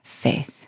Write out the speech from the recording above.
faith